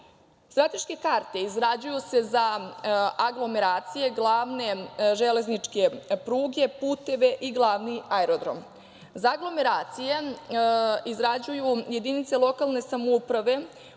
zvučne. Strateške karte izrađuju se za aglomeracije glavne, železničke pruge, puteve i glavni aerodrom. Za aglomeracije izrađuju jedinice lokalne samouprave